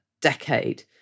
decade